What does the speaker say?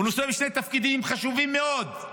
הוא נושא בשני תפקידים חשובים מאוד: